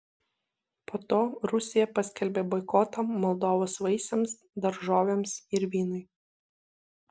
po to rusija paskelbė boikotą moldovos vaisiams daržovėms ir vynui